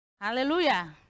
Hallelujah